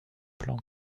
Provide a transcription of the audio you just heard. plan